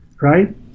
right